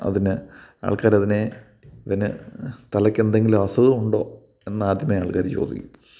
അതിന് ആൾക്കാർ അതിനെ അതിന് തലയ്ക്ക് എന്തെങ്കിലും അസുഖമുണ്ടോ എന്ന് ആദ്യമേ ആൾക്കാർ ചോദിക്കും